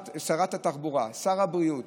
שרת התחבורה, שר הבריאות,